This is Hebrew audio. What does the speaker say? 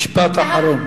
משפט אחרון.